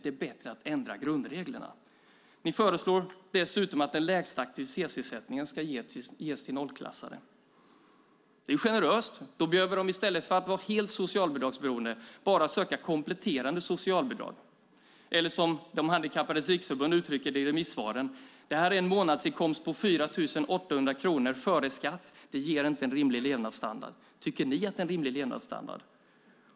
Det är bättre att ändra grundreglerna. Ni föreslår dessutom att den lägsta aktivitetsersättningen ska ges till nollklassade. Det är generöst. I stället för att vara helt socialbidragsberoende behöver de då bara söka kompletterande socialbidrag. Eller som De Handikappades Riksförbund uttrycker det i remissvaren: Det är en månadsinkomst på 4 800 kronor före skatt. Det ger inte en rimlig levnadsstandard. Tycker ni att det är en rimlig levnadsstandard?